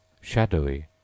shadowy